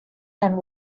and